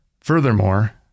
furthermore